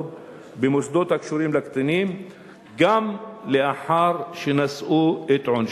במוסדות הקשורים לקטינים גם לאחר שנשאו את עונשם.